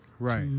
Right